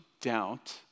doubt